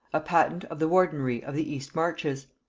a patent of the wardenry of the east marches,